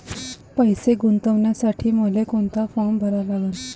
पैसे गुंतवासाठी मले कोंता फारम भरा लागन?